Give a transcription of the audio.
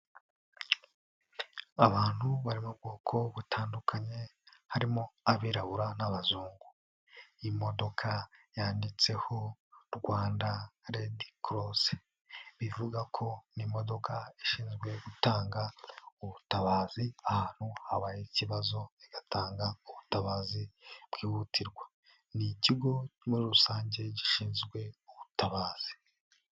Abantu bari mu bwoko butandukanye harimo abirabura n'abazungu, imodoka yanditseho Rwanda Red Cross, bivuga ko n'imodoka ishinzwe gutanga ubutabazi ahantu habaye ikibazo igatanga ubutabazi bwihutirwa, ni ikigo muri rusange gishinzwe ubutabazi.